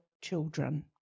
children